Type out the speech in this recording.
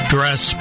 Dress